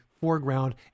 foreground